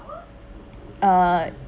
uh